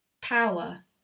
power